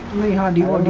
in the handyman